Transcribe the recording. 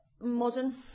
modern